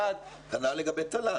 כנ"ל לגבי תל"ן.